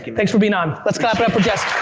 thanks for being on. let's clap it up for jess.